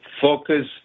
focus